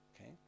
Okay